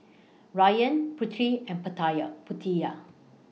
Ryan Putri and Putera